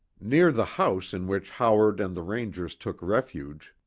near the house in which howard and the rangers took refuge,